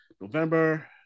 November